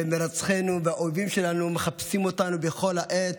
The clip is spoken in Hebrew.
מרצחינו והאויבים שלנו מחפשים אותנו בכל עת.